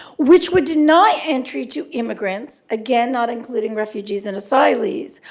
which would deny entry to immigrants, again, not including refugees and asylees,